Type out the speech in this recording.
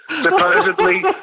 Supposedly